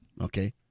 Okay